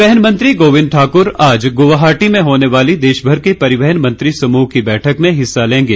परिवहन मंत्री गोबिंद ठाकुर आज गुवाहाटी में होने वाली देशभर के परिवहन मंत्री समूह की बैठक में हिस्सा लेंगे